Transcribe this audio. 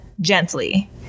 gently